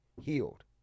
healed